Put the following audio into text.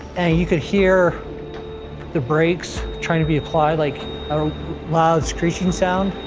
and you could hear the brakes trying to be applied, like a loud screeching sound.